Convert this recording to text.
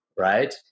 right